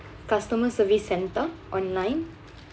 customer service centre online